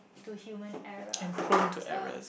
to human error